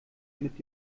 mit